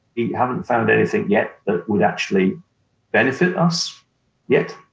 haven't found anything yet that would actually benefit us yet.